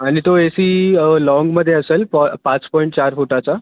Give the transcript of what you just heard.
आणि तो A C लॉंगमध्ये असेल पॉ पाच पॉईंट चार फुटाचा